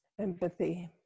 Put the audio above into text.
Empathy